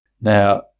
Now